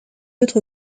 autre